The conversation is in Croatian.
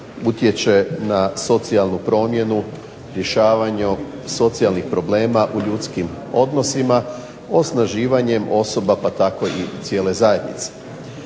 utječe na socijalnu promjenu, rješavanje socijalnih problema u ljudskim odnosima, osnaživanjem osoba pa tako i cijele zajednice.